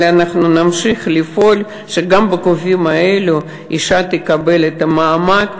אבל אנחנו נמשיך לפעול שגם בגופים האלה אישה תקבל את המעמד.